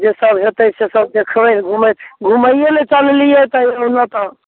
जे सब होयतै से सब देखबै घूमैत घूमए लऽ चललियै तऽ ओहिमे तऽ